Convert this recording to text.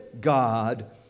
God